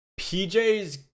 pj's